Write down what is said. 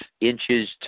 inches